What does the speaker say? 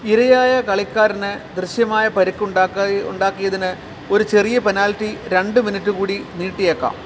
ഇരയായ കളിക്കാരന് ദൃശ്യമായ പരിക്ക് ഉണ്ടാക്കിയതിന് ഒരു ചെറിയ പെനാൽറ്റി രണ്ട് മിനിറ്റ് കൂടി നീട്ടിയേക്കാം